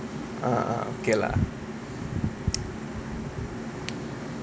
uh uh okay lah